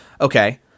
Okay